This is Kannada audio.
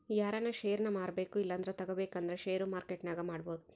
ಯಾರನ ಷೇರ್ನ ಮಾರ್ಬಕು ಇಲ್ಲಂದ್ರ ತಗಬೇಕಂದ್ರ ಷೇರು ಮಾರ್ಕೆಟ್ನಾಗ ಮಾಡ್ಬೋದು